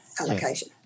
allocation